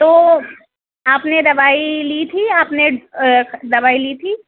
تو آپ نے دوائی لی تھی یا آپ نے دوائی لی تھی